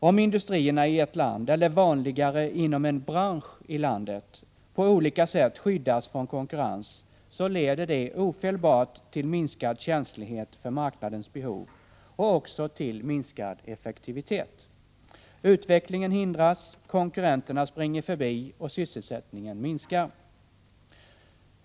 Om industrierna i ett land, eller vanligare inom en bransch i landet, på olika sätt skyddas från konkurrens, leder det ofelbart till minskad känslighet för marknadens behov och också till minskad effektivitet. Utvecklingen hindras, konkurrenterna springer förbi och sysselsättningen minskar.